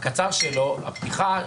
הקצר שלו, הפתיחה.